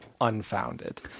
unfounded